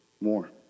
more